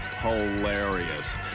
hilarious